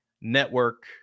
Network